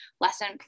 lesson